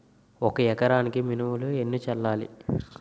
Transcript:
ఒక ఎకరాలకు మినువులు ఎన్ని చల్లాలి?